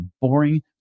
boring